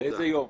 באיזה יום?